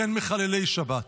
בין מחללי שבת,